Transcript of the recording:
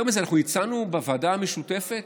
יותר מזה, אנחנו הצענו בוועדה המשותפת,